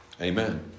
Amen